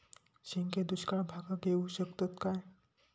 शेंगे दुष्काळ भागाक येऊ शकतत काय?